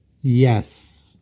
Yes